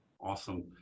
Awesome